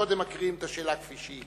קודם מקריאים את השאלה כפי שהיא,